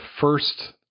first